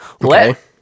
let